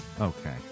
Okay